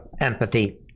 empathy